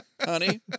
Honey